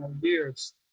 years